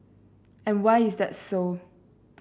and why is that so